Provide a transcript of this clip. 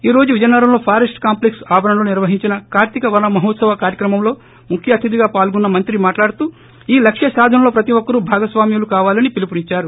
ఈ రోజు విజయనగరంలో ఫారెస్ట్ కాంప్లిక్స్ ఆవరణలో నిర్వహించిన కార్తీక వన మహోత్సవమ కార్యక్రమంలో ముఖ్య అతిధిగా పాల్గొన్న మంత్రి మాట్లాడుతూ ఈ లక్ష్య సాధనలో ప్రతి ఒక్కరూ భాగస్వామ్యులు కావాలని పిలుపునిద్చారు